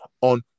on